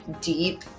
deep